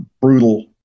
brutal